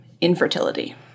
infertility